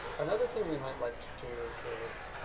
another thing we might like to do is